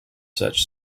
such